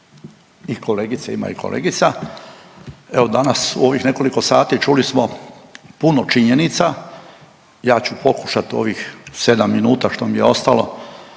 i kolegice. Ima i kolegica. Evo danas u ovih nekoliko sati čuli smo puno činjenica. Ja ću pokušati u ovih 7 minuta što mi je ostalo